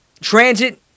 Transit